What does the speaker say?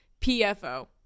PFO